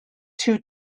too